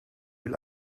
will